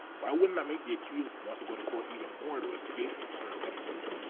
why wouldn't that make the accuser want to go to court even more to escape absurd sentences?